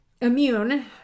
immune